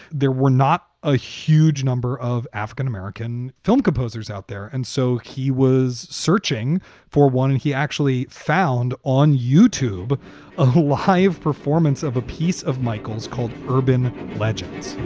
there were not a huge number of african-american film composers out there. and so he was searching for one. and he actually found on youtube a live performance of a piece of michael's called urban legends.